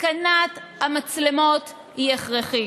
התקנת המצלמות היא הכרחית.